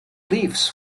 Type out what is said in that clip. leafs